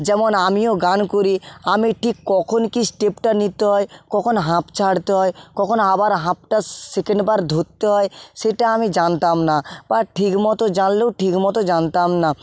যেমন আমিও গান করি আমি ঠিক কখন কী স্টেপটা নিতে হয় কখন হাঁপ ছাড়তে হয় কখন আবার হাঁপটা সেকেন্ডবার ধরতে হয় সেটা আমি জানতাম না বা ঠিকমতো জানলেও ঠিকমতো জানতাম না